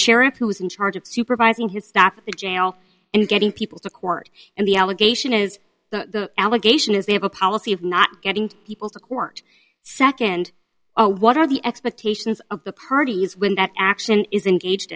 sheriff who's in charge of supervising his staff at the jail and getting people to court and the allegation is the allegation is they have a policy of not getting people to court second what are the expectations of the parties when that action is engaged